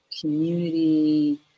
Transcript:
community